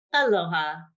Aloha